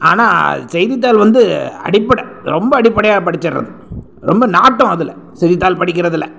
ஆனால் செய்தித்தாள் வந்து அடிப்படை ரொம்ப அடிப்படையாக படிச்சிடுறது ரொம்ப நாட்டம் அதில் செய்தித்தாள் படிக்கிறதில்